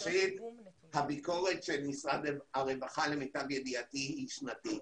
למיטב ידיעתי הביקורת של משרד הרווחה היא שנתית.